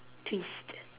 twist